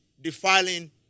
defiling